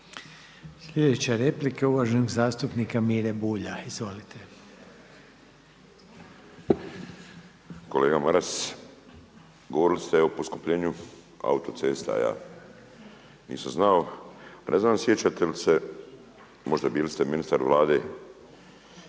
Sljedeća replika je uvaženog zastupnika Mire Bulja, izvolite. **Bulj, Miro (MOST)** Kolega Maras, govorili ste o poskupljenju autocesta. Nisam znao, ne znam sjećate li se, možda bili ste ministar u Vladi